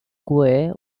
quay